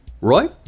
Roy